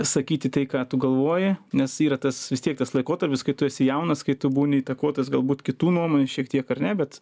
sakyti tai ką tu galvoji nes yra tas vis tiek tas laikotarpis kai tu esi jaunas kai tu būni įtakotas galbūt kitų nuomonių šiek tiek ar ne bet